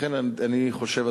לכן אני חושב,